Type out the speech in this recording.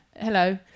Hello